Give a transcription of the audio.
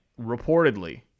reportedly